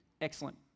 excellent